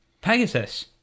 Pegasus